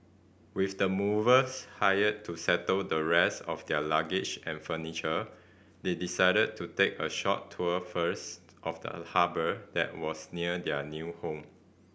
with the movers hired to settle the rest of their luggage and furniture they decided to take a short tour first of the harbour that was near their new home